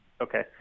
Okay